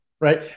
right